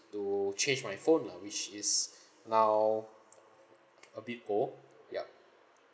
to change my phone lah which is now a bit old yup